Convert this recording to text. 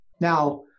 Now